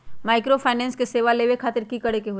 Microfinance के सेवा लेबे खातीर की करे के होई?